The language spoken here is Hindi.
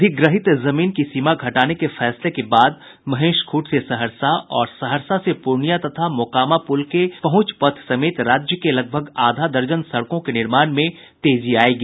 अधिग्रहित जमीन की सीमा घटाने के फैसले के बाद महेशखूंट से सहरसा और सहरसा से पूर्णियां तथा मोकामा पुल के पहुंच पथ समेत राज्य के लगभग आधा दर्जन सड़कों के निर्माण में तेजी आयेगी